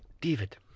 David